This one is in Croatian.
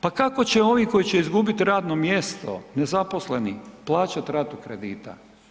Pa kako će ovi koji će izgubiti radno mjesto, nezaposleni, plaćat ratu kredita?